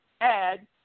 add